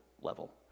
level